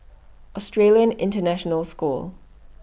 Australian International School